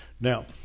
Now